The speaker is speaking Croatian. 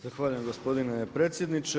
Zahvaljujem gospodine predsjedniče.